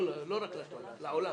לא רק לתורה, לעולם.